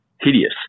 hideous